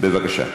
בבקשה.